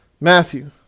matthew